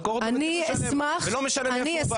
לחקור אותו ולא משנה מאיפה הוא בא.